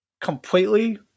completely